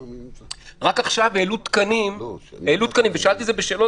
רק עכשיו העלו תקנים שאלתי את זה בשאלות